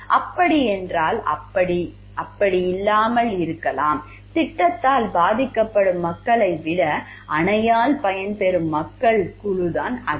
அப்படியென்றால் அப்படியில்லாமல் இருக்கலாம் திட்டத்தால் பாதிக்கப்படும் மக்களை விட அணையால் பயன்பெறும் மக்கள் குழுதான் அதிகம்